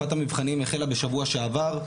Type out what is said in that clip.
תקופת המבחנים החלה בשבוע שעבר,